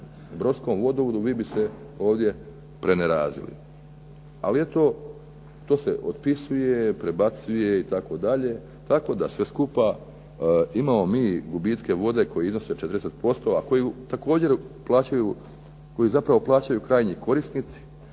Brodskom vodovodu, vi bi se ovdje prenerazili. Ali eto to se otpisuje prebacuje itd. tako da mi sve skupa imamo gubitke koji iznose 40%, a koji također plaćaju koji zapravo